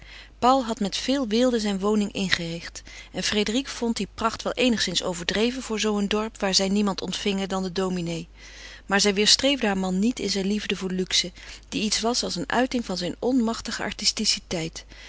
paul had met veel weelde zijn woning ingericht en frédérique vond die pracht wel eenigszins overdreven voor zoo een dorp waar zij niemand ontvingen dan den dominé maar zij weêrstreefde haren man niet in zijn liefde voor luxe die iets was als eene uiting zijner onmachtige